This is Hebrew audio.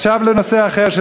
עכשיו לנושא אחר,